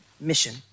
mission